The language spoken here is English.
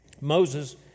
Moses